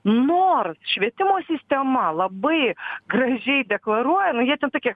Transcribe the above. nors švietimo sistema labai gražiai deklaruoja nu jie ten tokie